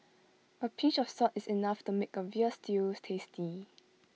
A pinch of salt is enough to make A Veal Stew tasty